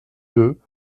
deux